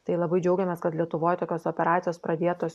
tai labai džiaugiamės kad lietuvoj tokios operacijos pradėtos